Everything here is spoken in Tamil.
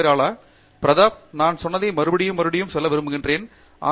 தங்கிராலா பிரதாப் நா ன்சொன்னதை மறுபடியும் மறுபடியும் சொல்ல விரும்புகிறேன் என்று சொன்னேன்